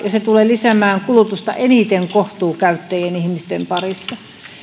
ja se tulee lisäämään kulutusta eniten kohtuukäyttäjien parissa